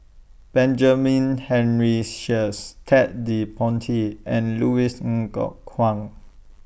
Benjamin Henry Sheares Ted De Ponti and Louis Ng Kok Kwang